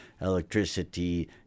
electricity